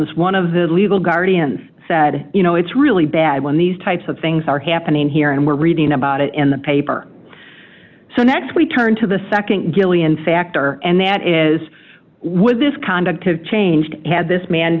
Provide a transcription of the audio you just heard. jones one of the legal guardians said you know it's really bad when these types of things are happening here and we're reading about it in the paper so next we turn to the nd gillion factor and that is with this conduct changed had this man